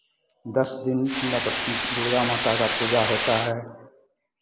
दस दिन नव दुर्गा माता का पूजा होता है